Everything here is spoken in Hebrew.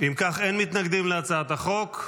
אם כך, אין מתנגדים להצעת החוק.